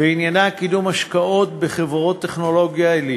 ועניינה קידום השקעות בחברות טכנולוגיה עילית.